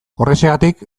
horrexegatik